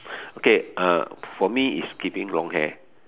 okay uh for me is keeping long hair